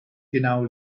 genau